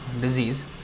disease